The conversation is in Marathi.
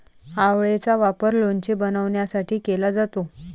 आवळेचा वापर लोणचे बनवण्यासाठी केला जातो